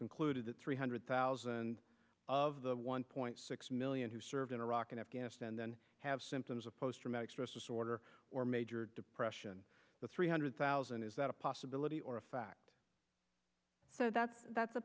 concluded that three hundred thousand of the one point six million who served in iraq and afghanistan have symptoms of post traumatic stress disorder or major depression the three hundred thousand is that a possibility or a fact so that's that's a